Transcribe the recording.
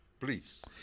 Please